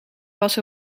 was